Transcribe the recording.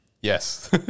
Yes